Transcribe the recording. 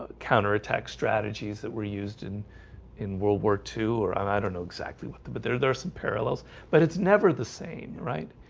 counter-attack strategies that were used in in world war ii or um i don't know exactly what the but there there are some parallels but it's never the same. right?